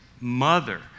mother